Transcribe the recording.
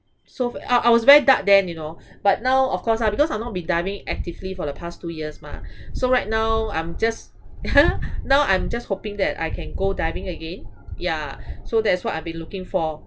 so f~ I I was very dark then you know but now of course lah because I've not be diving actively for the past two years mah so right now I'm just now I'm just hoping that I can go diving again yeah so that is what I been looking for